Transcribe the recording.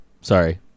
Sorry